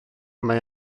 mae